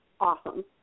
awesome